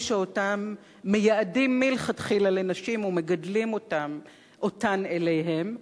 שאותם מייעדים מלכתחילה לנשים ומגדלים אותן אליהם.